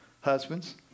Husbands